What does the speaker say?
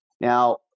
Now